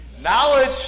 Knowledge